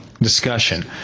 Discussion